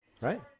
right